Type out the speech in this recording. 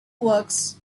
works